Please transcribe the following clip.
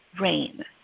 rain